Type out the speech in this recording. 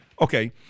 Okay